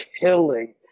killing